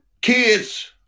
kids